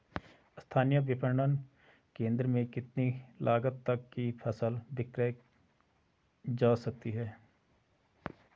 स्थानीय विपणन केंद्र में कितनी लागत तक कि फसल विक्रय जा सकती है?